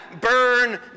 Burn